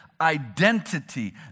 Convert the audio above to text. identity